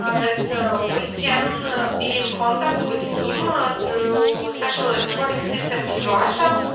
um that, so ah, we can be in contact with him or through special electronic system in russia,